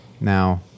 now